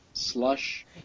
slush